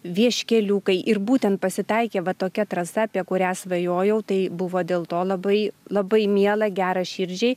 vieškeliukai ir būtent pasitaikė va tokia trasa apie kurią svajojau tai buvo dėl to labai labai miela gera širdžiai